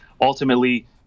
ultimately